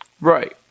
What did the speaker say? Right